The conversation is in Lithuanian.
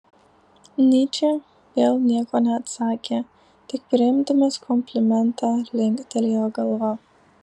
nyčė vėl nieko neatsakė tik priimdamas komplimentą linktelėjo galva